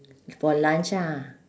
for lunch ah